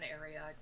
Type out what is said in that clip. area